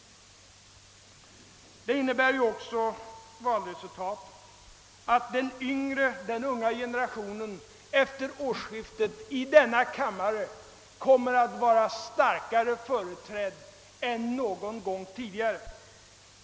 Valresultatet innebär också att den unga generationen efter instundande årsskifte kommer att vara starkare företrädd i denna kammare än någon gång tidigare.